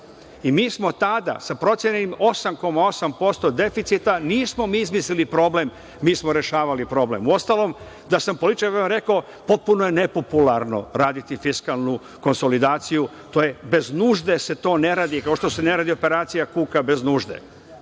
Mi smo tada sa procenjenih 8,8% deficita, nismo mi izmislili problem, mi smo rešavali problem. Uostalom, da sam političar bi vam rekao, potpuno je nepopularno raditi fiskalnu konsolidaciju. Bez nužde se to ne radi, kao što se ne radi operacija kuka bez nužde.